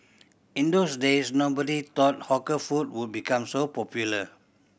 in those days nobody thought hawker food would become so popular